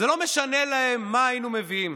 לא משנה להם מה היינו מביאים,